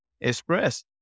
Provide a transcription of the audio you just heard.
express